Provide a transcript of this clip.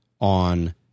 on